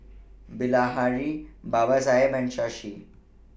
Bilahari Babasaheb and Shashi